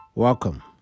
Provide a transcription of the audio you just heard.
Welcome